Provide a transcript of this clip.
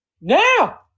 now